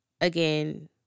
again